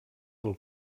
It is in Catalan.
del